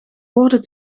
woorden